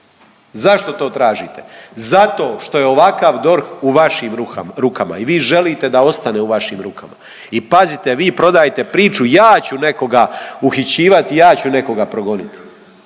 zašto to tražite? Zato što je ovakav DORH u vašim rukama i vi želite da ostane u vašim rukama. I pazite, vi prodajete priču ja ću nekoga uhićivati i ja ću nekoga progonit,